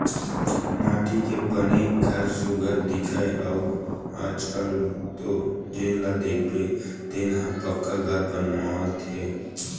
माटी के बने घर सुग्घर दिखय अउ आजकाल तो जेन ल देखबे तेन ह पक्का घर बनवावत हे